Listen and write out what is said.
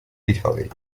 italy